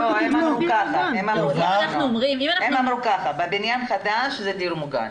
הם אמרו כך: בבניין חדש זה דיור מוגן.